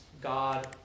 God